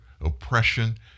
oppression